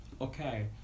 Okay